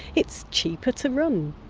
it's cheaper to run.